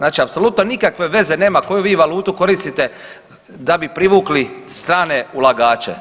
Dakle, apsolutno nikakve veze nema koju vi valutu koristite da bi privukli strane ulagače.